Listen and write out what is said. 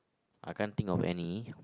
I can't think of any